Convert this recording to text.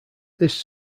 this